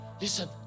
Listen